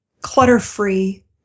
clutter-free